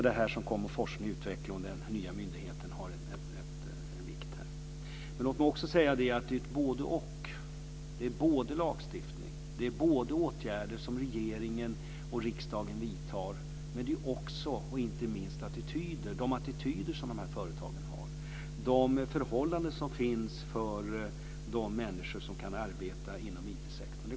Den nya myndigheten för forskning och utveckling har stor vikt här. Det är både och. Det är både lagstiftning, åtgärder som regering och riksdagen vidtar, men också inte minst de attityder som dessa företag har, de förhållanden som finns för de människor som kan arbeta inom IT-sektorn.